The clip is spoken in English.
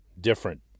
different